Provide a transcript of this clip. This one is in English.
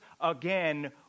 again